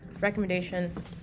recommendation